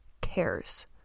cares